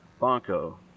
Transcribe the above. Bonco